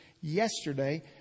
yesterday